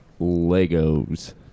Legos